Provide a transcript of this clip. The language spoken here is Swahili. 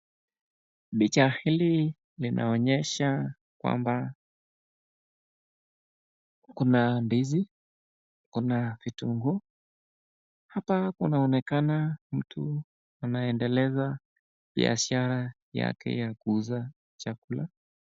Picha hili linaonyesha kwamba kuna ndizi kuna vitunguu, hapa kunaonekana mtu anaye endeleza biashara yake ya kuuza chakula.